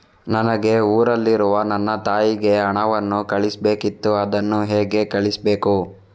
ನನಗೆ ಊರಲ್ಲಿರುವ ನನ್ನ ತಾಯಿಗೆ ಹಣವನ್ನು ಕಳಿಸ್ಬೇಕಿತ್ತು, ಅದನ್ನು ಹೇಗೆ ಕಳಿಸ್ಬೇಕು?